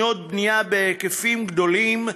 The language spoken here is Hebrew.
בהיקפים גדולים,